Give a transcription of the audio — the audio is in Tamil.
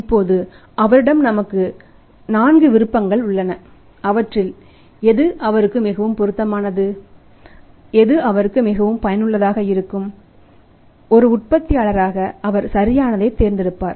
இப்போது அவரிடம் நான்கு விருப்பங்கள் உள்ளன அவற்றில் எது அவருக்கு மிகவும் பொருத்தமானது எது அவருக்கு மிகவும் பயனுள்ளதாக இருக்கும் ஒரு உற்பத்தியாளராக அவர் சரியானதை தேர்ந்தெடுப்பார்